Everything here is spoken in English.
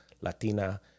Latina